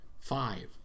Five